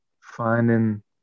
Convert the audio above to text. finding